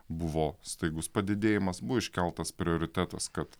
buvo staigus padidėjimas buvo iškeltas prioritetas kad